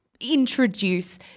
introduce